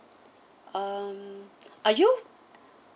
um are you